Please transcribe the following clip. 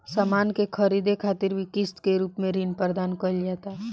सामान के ख़रीदे खातिर भी किस्त के रूप में ऋण प्रदान कईल जाता